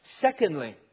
Secondly